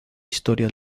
historia